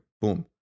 Boom